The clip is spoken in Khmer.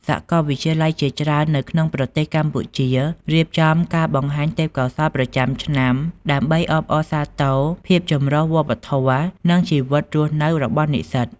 សាកលវិទ្យាល័យជាច្រើននៅក្នុងប្រទេសកម្ពុជា រៀបចំការបង្ហាញទេពកោសល្យប្រចាំឆ្នាំ ដើម្បីអបអរសាទរភាពចម្រុះវប្បធម៌ និងជីវិតរស់នៅរបស់និស្សិត។